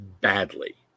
badly